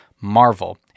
Marvel